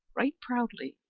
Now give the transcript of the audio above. right proudly,